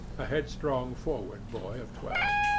a headstrong forward boy of twelve.